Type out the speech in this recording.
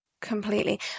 completely